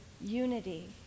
unity